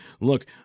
Look